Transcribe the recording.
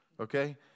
Okay